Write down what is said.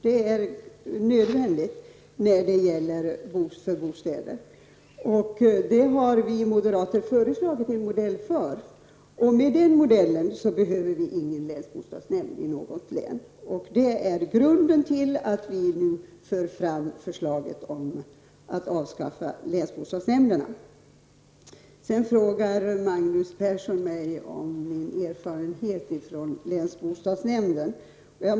Det är helt enkelt nödvändigt när det gäller bostäderna. Vi moderater har föreslagit en modell för detta. Om den modellen blev verklighet skulle det inte behövas någon länsbostadsnämnd över huvud taget. Det är bakgrunden till att vi nu för fram vårt förslag om ett avskaffande av länsbostadsnämnderna. Magnus Persson frågar om mina erfarenheter från länsbostadsnämnden.